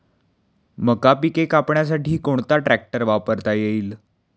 मका पिके कापण्यासाठी कोणता ट्रॅक्टर वापरता येईल?